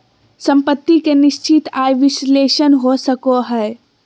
सम्पत्ति के निश्चित आय विश्लेषण हो सको हय